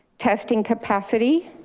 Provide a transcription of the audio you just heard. testing capacity,